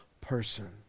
person